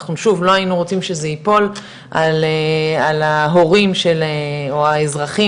אנחנו שוב לא היינו רוצים שזה ייפול על ההורים של או האזרחים